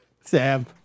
Sam